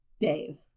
Dave